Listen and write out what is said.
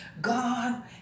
God